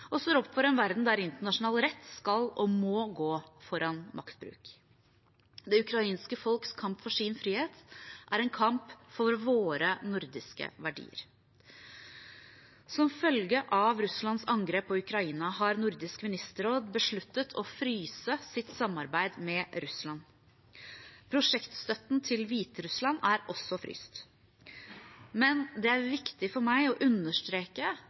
og står opp for en verden der internasjonal rett skal og må gå foran maktbruk. Det ukrainske folks kamp for sin frihet er en kamp for våre nordiske verdier. Som følge av Russlands angrep på Ukraina har Nordisk ministerråd besluttet å fryse sitt samarbeid med Russland. Prosjektstøtten til Hviterussland er også fryst. Men det er viktig for meg å understreke